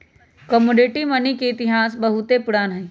commodity money के इतिहास बहुते पुरान हइ